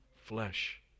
flesh